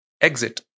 exit